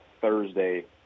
Thursday